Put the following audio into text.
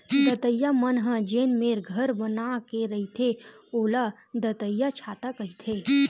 दतइया मन ह जेन मेर घर बना के रहिथे ओला दतइयाछाता कहिथे